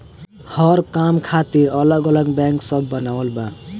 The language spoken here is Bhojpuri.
हर काम खातिर अलग अलग बैंक सब बनावल बा